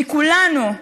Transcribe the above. מכולנו.